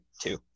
two